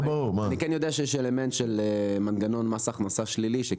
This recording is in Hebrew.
אני כן יודע שיש אלמנט של מנגנון מס הכנסה שלילי.